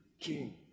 king